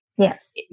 Yes